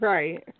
Right